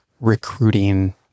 recruiting